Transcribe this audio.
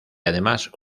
además